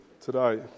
today